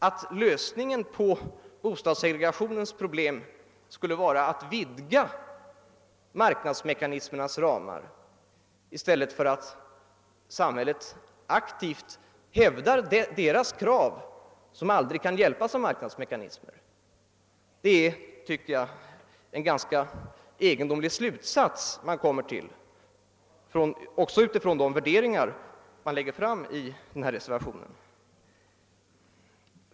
Att lösningen på bostadssegregationens problem skulle vara att vidga marknadsmekanismernas ramar i stället för att se till att samhället aktivt hävdar deras krav som aldrig kan hjälpas av några marknadsmekanismer är en ganska egendomlig slutsats, också med utgångspunkt från de värderingar som återfinns i reservationen.